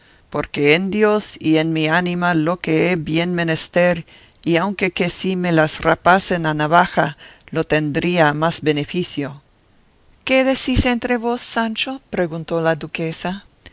porque en dios y en mi ánima que lo he bien menester y aun que si me las rapasen a navaja lo tendría a más beneficio qué decís entre vos sancho preguntó la duquesa